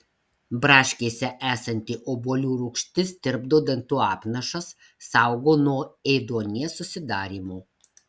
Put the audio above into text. braškėse esanti obuolių rūgštis tirpdo dantų apnašas saugo nuo ėduonies susidarymo